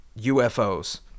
UFOs